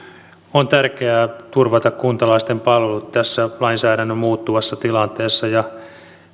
on tärkeää turvata kuntalaisten palvelut tässä lainsäädännön muuttuvassa tilanteessa